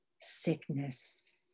sickness